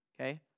Okay